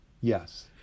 Yes